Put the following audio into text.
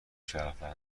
شهروندان